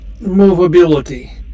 ...movability